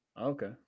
Okay